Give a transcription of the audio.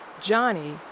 Johnny